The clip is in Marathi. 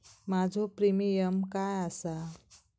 माझो प्रीमियम काय आसा?